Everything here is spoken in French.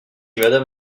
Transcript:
madame